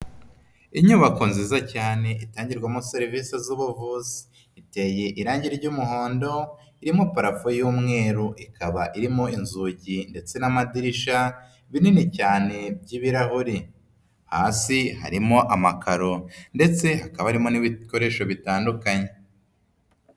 Inyubako nziza cyane itangirwamo serivisi z'ubuvuzi, iteye irangi ry'umuhondo, irimo parafo y'umweru, ikaba irimo inzugi ndetse n'amadirishya binini cyane by'ibirahure, hasi harimo amakaro ndetse hakaba harimo n'ibikoresho bitandukanye.